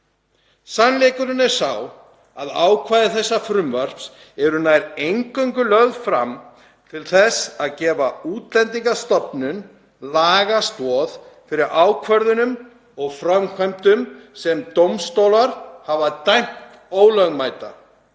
Sannleikurinn er sá að ákvæði þessa frumvarps eru nær eingöngu lögð fram til þess að gefa Útlendingastofnun lagastoð fyrir ákvörðunum og framkvæmdum sem dómstólar hafa dæmt ólögmætar,